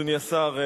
אדוני השר,